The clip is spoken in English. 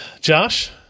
Josh